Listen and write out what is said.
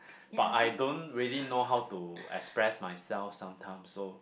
but I don't really know how to express myself sometimes so